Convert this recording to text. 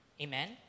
Amen